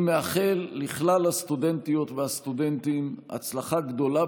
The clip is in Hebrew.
אני מאחל לכל הסטודנטיות והסטודנטים הצלחה גדולה